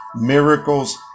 miracles